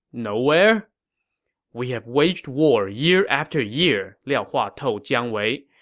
nowhere we have waged war year after year, liao hua told jiang wei.